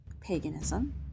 paganism